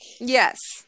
yes